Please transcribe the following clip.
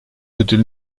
ödül